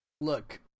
Look